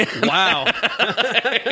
Wow